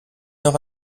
noch